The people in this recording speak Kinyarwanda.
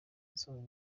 nsohora